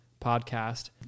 podcast